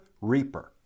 reaper